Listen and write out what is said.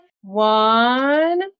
One